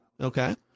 okay